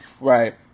Right